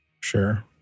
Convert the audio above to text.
Sure